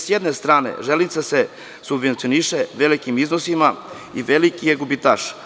Sa jedne strane, železnica se subvencioniše velikim iznosima i veliki je gubitaš.